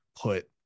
put